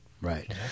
right